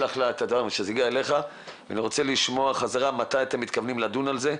אני רוצה לשמוע חזרה מתי אתם מתכוונים לדון על זה,